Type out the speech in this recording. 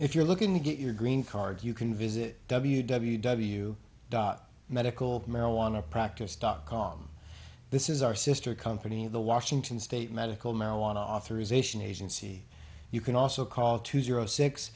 if you're looking to get your green card you can visit w w w dot medical marijuana practice dot com this is our sister company of the washington state medical marijuana authorization agency you can also call two zero six